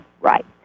right